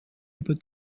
über